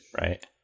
Right